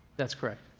that's correct.